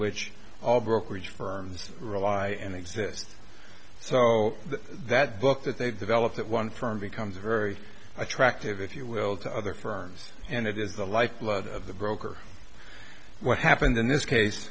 which all brokerage firms rely and exist so that book that they develop that one firm becomes very attractive if you will to other firms and it is the lifeblood of the broker what happened in this case